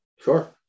Sure